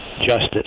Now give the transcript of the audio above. Justice